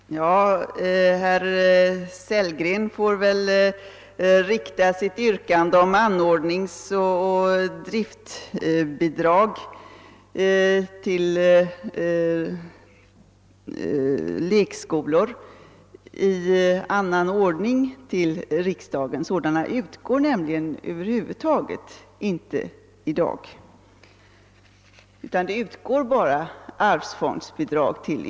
Herr talman! Herr Sellgren får rikta sitt yrkande om anordningsoch driftbidrag för lekskolor i annan ordning till riksdagen. Sådana utgår nämligen över huvud taget inte för närvarande, utan det utgår bara arvsfondsbidrag til!